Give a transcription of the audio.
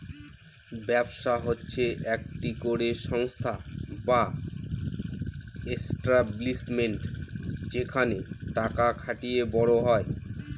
ব্যবসা হচ্ছে একটি করে সংস্থা বা এস্টাব্লিশমেন্ট যেখানে টাকা খাটিয়ে বড় হয়